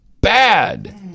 bad